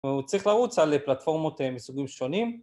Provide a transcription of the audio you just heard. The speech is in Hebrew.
הוא צריך לרוץ על פלטפורמות מסוגים שונים.